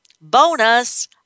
Bonus